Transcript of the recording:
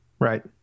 Right